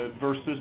versus